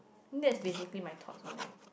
that is basically my thought on it